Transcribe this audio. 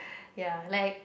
ya like